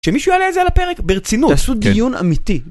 שמישהו יעלה את זה על הפרק? ברצינות, תעשו דיון אמיתי.